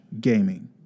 gaming